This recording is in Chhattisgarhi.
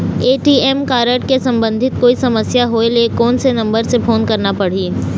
ए.टी.एम कारड से संबंधित कोई समस्या होय ले, कोन से नंबर से फोन करना पढ़ही?